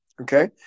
okay